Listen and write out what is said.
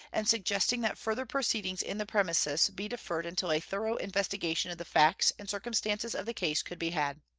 and suggesting that further proceedings in the premises be deferred until a thorough investigation of the facts and circumstances of the case could be had.